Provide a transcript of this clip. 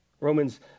Romans